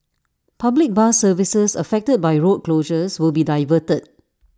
public bus services affected by the road closures will be diverted